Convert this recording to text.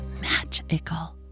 magical